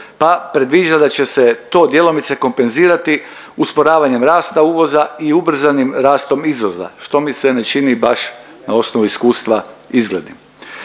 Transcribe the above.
pa predviđa da će se to djelomice kompenzirati usporavanjem rasta uvoza i ubrzanim rastom izvoza, što mi se ne čini baš na osnovu iskustva izglednim.